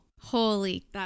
Holy